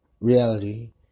reality